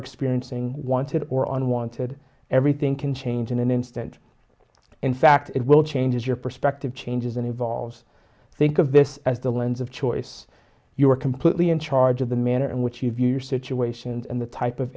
experiencing wanted or unwanted everything can change in an instant in fact it will changes your perspective changes and evolves think of this as the lens of choice you are completely in charge of the manner in which you view your situation and the type of